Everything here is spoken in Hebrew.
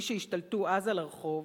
מי שהשתלטו אז על הרחוב,